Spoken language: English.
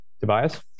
tobias